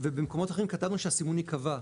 ובמקומות אחרים כתבנו שהסימון ייקבע.